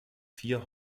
vier